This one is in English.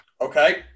Okay